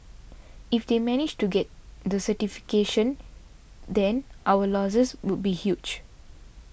if they managed to get the certification then our losses would be huge